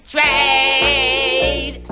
Trade